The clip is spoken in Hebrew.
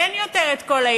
אין כל היתר.